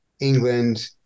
England